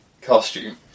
costume